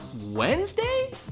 Wednesday